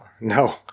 No